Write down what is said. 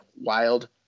Wild